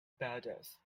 badass